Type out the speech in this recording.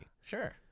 Sure